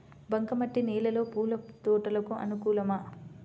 బంక మట్టి నేలలో పూల తోటలకు అనుకూలమా?